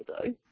today